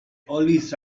always